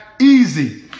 easy